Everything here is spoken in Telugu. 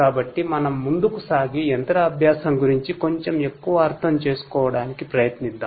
కాబట్టి మనం ముందుకు సాగి మెషిన్ లెర్నింగ్ గురించి కొంచెం ఎక్కువ అర్థం చేసుకోవడానికి ప్రయత్నిద్దాం